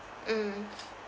mm